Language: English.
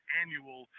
annual